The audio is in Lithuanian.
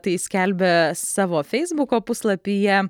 tai skelbia savo feisbuko puslapyje